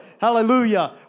Hallelujah